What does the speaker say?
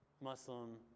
Muslim